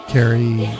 Carrie